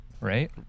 right